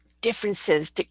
differences